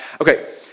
Okay